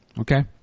okay